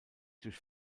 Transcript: durch